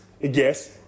Yes